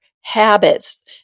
habits